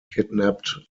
kidnapped